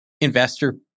investor